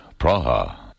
Praha